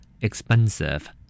expensive